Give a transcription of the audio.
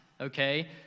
okay